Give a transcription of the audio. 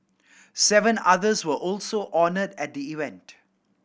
seven others were also honoured at the event